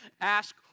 ask